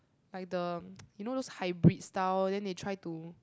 like the you know those hybrid style then they try to